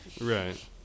Right